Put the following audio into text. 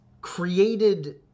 created